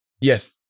Yes